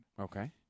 Okay